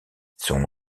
son